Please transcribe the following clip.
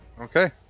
Okay